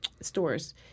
stores